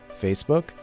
Facebook